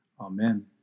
Amen